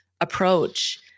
approach